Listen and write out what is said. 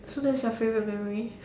so that's your favourite memory